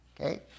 Okay